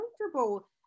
comfortable